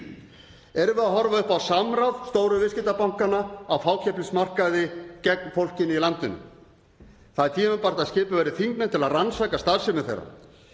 Erum við að horfa upp á samráð stóru viðskiptabankanna á fákeppnismarkaði gegn fólkinu í landinu? Það er tímabært að skipuð verði þingnefnd til að rannsaka starfsemi þeirra.